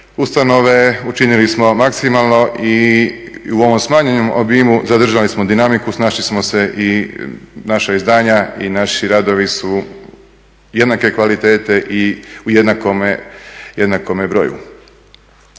učinili smo maksimalno i u ovom smanjenom obimu zadržali smo dinamiku, snašli smo se i naša izdanja i naši radovi su jednake kvalitete i u jednakome broju.